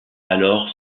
alors